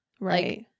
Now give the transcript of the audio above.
right